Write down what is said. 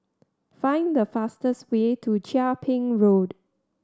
find the fastest way to Chia Ping Road